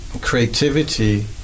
creativity